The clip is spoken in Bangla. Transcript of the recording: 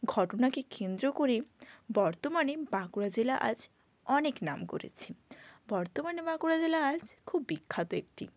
ঘটনাকে কেন্দ্র করে বর্তমানে বাঁকুড়া জেলা আজ অনেক নাম করেছে বর্তমানে বাঁকুড়া জেলা আজ খুব বিখ্যাত একটি